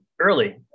early